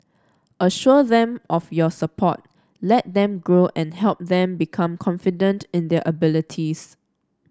assure them of your support let them grow and help them become confident and their abilities